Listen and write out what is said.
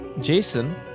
jason